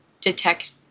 detect